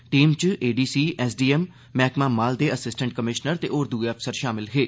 team च ADC SDM मैहकमा माल दे एसिस्टैंट कमीशनर ते होर दुए अफसर शामल हे